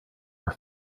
were